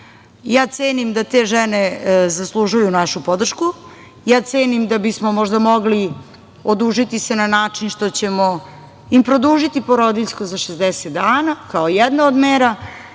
da te žene zaslužuju našu podršku, ja cenim da bi smo možda mogli odužiti se na način što ćemo im produžiti porodiljsko za 60 dana, kao jedna od mera,